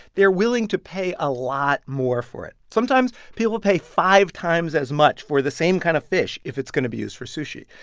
they're willing to pay a lot more for it. sometimes, people pay five times as much for the same kind of fish if it's going to be used for sushi.